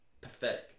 pathetic